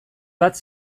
bat